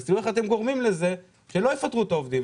תראו איך אתם גורמים לזה שלא יפטרו את העובדים.